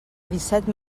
disset